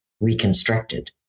reconstructed